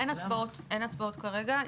אין הצבעות כרגע.